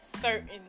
certain